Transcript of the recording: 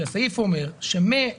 כי הסעיף אומר שמ-2024,